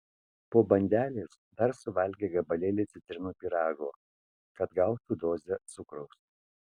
po bandelės dar suvalgė gabalėlį citrinų pyrago kad gautų dozę cukraus